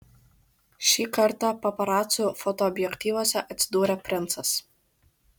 šį kartą paparacų fotoobjektyvuose atsidūrė princas